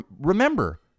Remember